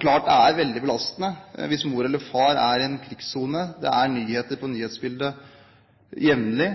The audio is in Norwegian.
klart at det er veldig belastende hvis mor eller far er i en krigssone, og det er nyheter i nyhetsbildet jevnlig